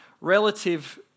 relative